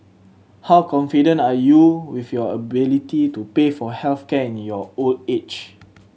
how confident are you with your ability to pay for health care in your old age